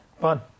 Fun